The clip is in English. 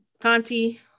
Conti